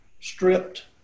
stripped